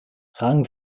rang